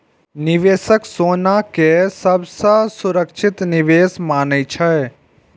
निवेशक सोना कें सबसं सुरक्षित निवेश मानै छै